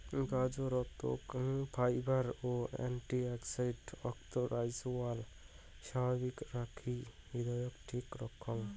গাজরত fibre ও antioxidant অক্তর আইসাযাওয়া স্বাভাবিক রাখি হৃদয়ক ঠিক রাখং